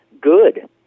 good